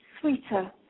sweeter